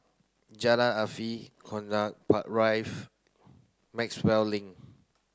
Jalan Afifi Connaught Maxwell Link